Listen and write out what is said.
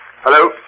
Hello